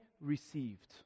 received